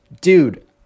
dude